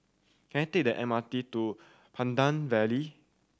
can I take the M R T to Pandan Valley